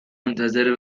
منتظر